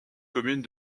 commune